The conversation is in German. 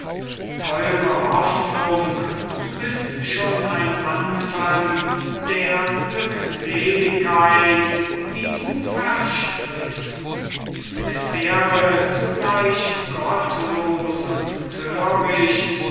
teure hoffnung du bist schon ein anfang der glückseligkeit die du versprichst es wäre zugleich gottlos und